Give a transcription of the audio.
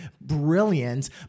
brilliant